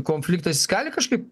konfliktas jis gali kažkaip